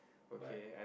but